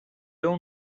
اون